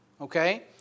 Okay